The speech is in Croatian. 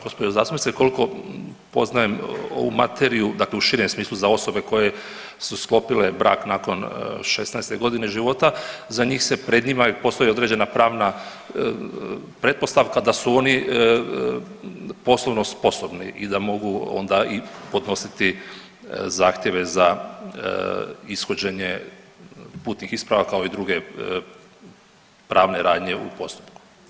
Poštovana gospođo zastupnice, koliko poznajem ovu materiju, dakle u širem smislu za osobe koje su sklopile brak nakon 16. godine života za njih se pred njima i postoji određena pravna pretpostavka da su oni poslovno sposobni i da mogu onda i podnositi zahtjeve za ishođenje putnih isprava kao i druge pravne radnje u postupku.